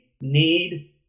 need